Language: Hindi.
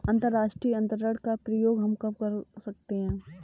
अंतर्राष्ट्रीय अंतरण का प्रयोग हम कब कर सकते हैं?